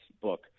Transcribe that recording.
book